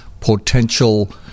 potential